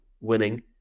winning